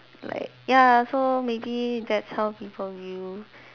like ya so maybe that's how people view